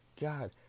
God